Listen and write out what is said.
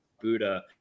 Buddha